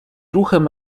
ruchem